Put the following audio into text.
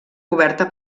coberta